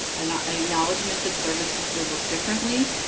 an acknowledgment that services will look differently